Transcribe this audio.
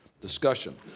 discussion